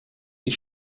die